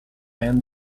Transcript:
end